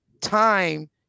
time